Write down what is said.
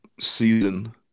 season